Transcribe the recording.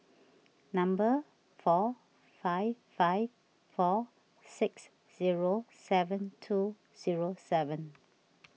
number four five five four six zero seven two zero seven